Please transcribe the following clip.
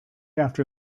after